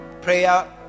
prayer